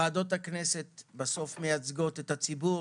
ועדות הכנסת מייצגות את הציבור